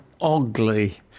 ugly